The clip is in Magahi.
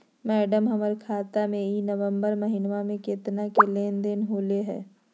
मैडम, हमर खाता में ई नवंबर महीनमा में केतना के लेन देन होले है